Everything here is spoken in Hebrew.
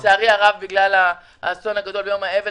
לצערי הרב בגלל האסון הגדול ויום האבל